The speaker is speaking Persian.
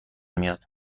میاد